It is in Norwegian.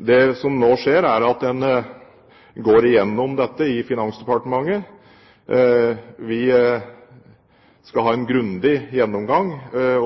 Det som nå skjer, er at man går igjennom dette i Finansdepartementet. Vi skal ha en grundig gjennomgang. Det